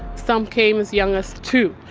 some came as young as two,